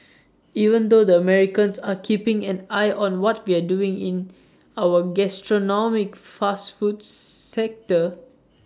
even the Americans are keeping an eye on what we're doing in our gastronomic fast food sector